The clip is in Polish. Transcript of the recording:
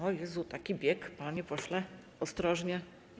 O Jezu, taki bieg, panie pośle, ostrożnie.